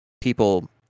people